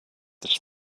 this